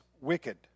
wicked